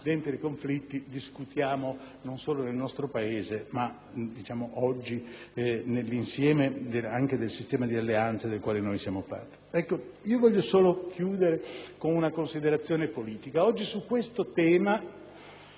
dentro i conflitti discutiamo non solo nel nostro Paese ma nell'insieme del sistema di alleanze di cui noi siamo parte. Vorrei concludere con una considerazione politica. Oggi su questo tema